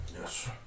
Yes